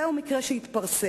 זהו מקרה שהתפרסם,